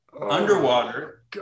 underwater